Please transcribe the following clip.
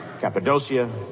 Cappadocia